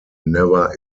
never